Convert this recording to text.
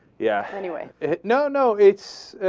yeah anyway it no no it's